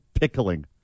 pickling